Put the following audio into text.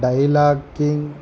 dialogue king